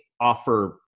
offer